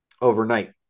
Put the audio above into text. overnight